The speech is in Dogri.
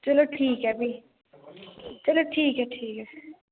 चलो ठीक ऐ भी चलो ठीक ऐ ठीक ऐ